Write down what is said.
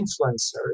influencers